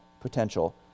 potential